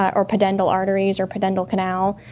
or pudendal arteries, or pudendal canal.